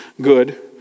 Good